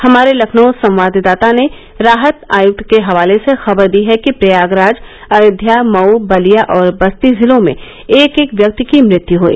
हमारे लखनउ संवाददाता ने राहत आयक्त के हवाले से खबर दी है कि प्रयागराज अयोध्या मऊ बलिया और बस्ती जिलों में एक एक व्यक्ति की मृत्यु हुई